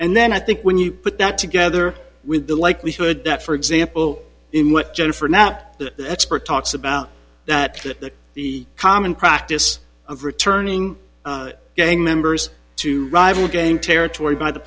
and then i think when you put that together with the likelihood that for example in what jennifer now the expert talks about that the common practice of returning gang members to rival gang territory by the